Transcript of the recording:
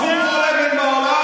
הפכו כל אבן בעולם.